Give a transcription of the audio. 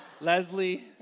Leslie